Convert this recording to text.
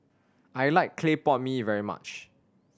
I like clay pot mee very much